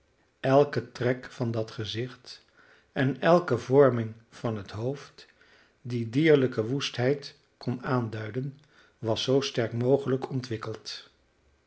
elke trek van dat gezicht en elke vorming van het hoofd die dierlijke woestheid kon aanduiden was zoo sterk mogelijk ontwikkeld